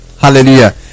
Hallelujah